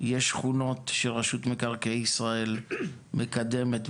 יש שכונות שרשות מקרקעי ישראל מקדמת,